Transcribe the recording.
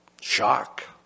Shock